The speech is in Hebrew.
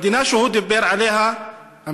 המדינה שהוא דיבר עליה,